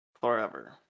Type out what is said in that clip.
forever